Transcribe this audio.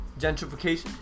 Gentrification